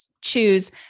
choose